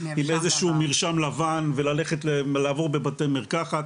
עם איזשהו מרשם לבן ולעבור בבתי מרקחת,